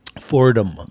Fordham